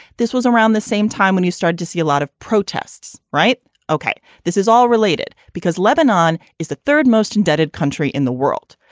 this was around the same time when you started to see a lot of protests. right. ok. this is all related because lebanon is the third most indebted country in the world.